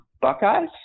Buckeyes